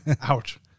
ouch